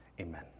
Amen